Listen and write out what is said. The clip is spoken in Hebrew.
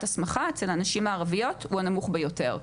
הסמכה אצל הנשים הערביות הוא הנמוך ביותר.